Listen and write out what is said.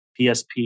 PSP